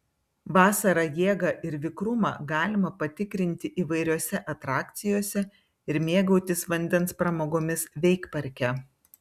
vasarą jėgą ir vikrumą galima patikrinti įvairiose atrakcijose ir mėgautis vandens pramogomis veikparke